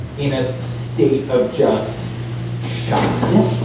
in a state of just shock. yeah.